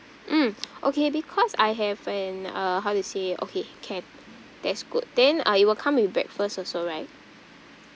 mm okay because I have an uh how to say okay can that's good then uh it will come with breakfast also right